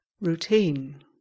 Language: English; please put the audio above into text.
routine